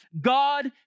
God